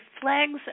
Flags